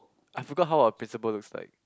I forgot how our principle looks like